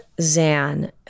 Zan